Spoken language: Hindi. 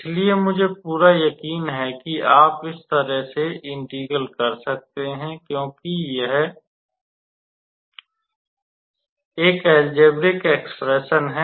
इसलिए मुझे पूरा यकीन है कि आप इस तरह से इंटिग्र्ल कर सकते हैं क्योंकि यह एक एलजेबरिक एक्सप्रेशन है